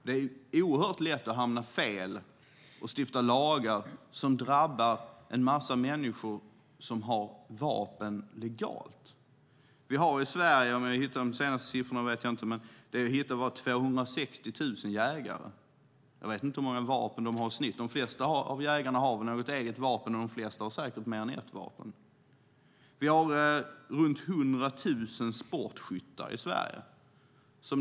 Det är oerhört lätt att hamna fel och stifta lagar som drabbar en massa människor som har vapen legalt. Vi har 260 000 jägare i Sverige - om det är de senaste siffrorna. Jag vet inte hur många vapen de har. De flesta jägare har ett eget vapen, och de flesta har säkert mer än ett vapen. Vi har runt 100 000 sportskyttar i Sverige.